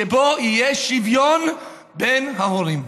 שיהיה שוויון בין ההורים.